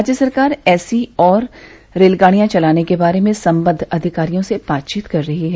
राज्य सरकार ऐसी और रेलगाडियां चलाने के बारे में संबद्ध अधिकारियों से बातचीत कर रही है